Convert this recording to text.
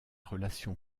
relation